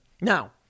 Now